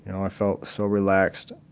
and i felt so relaxed,